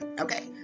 Okay